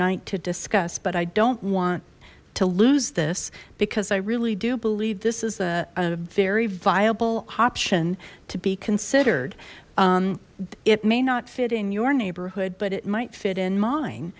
night to discuss but i don't want to lose this because i really do believe this is a very viable option to be considered it may not fit in your neighborhood but it might fit in min